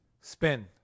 Spin